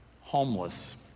homeless